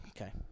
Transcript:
Okay